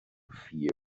fear